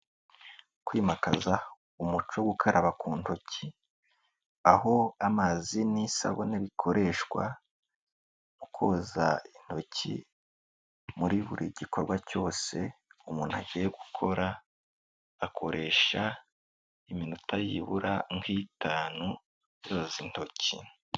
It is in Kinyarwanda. Kwimakaza umuco wo gukaraba ku ntoki, aho amazi n'isabune bikoreshwa mu koza intoki, muri buri gikorwa cyose umuntu agiye gukora, akoresha iminota yibura nk'itanu yoza intoki.